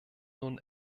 nun